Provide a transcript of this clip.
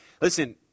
Listen